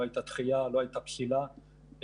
לא הייתה דחייה ולא הייתה פסילה של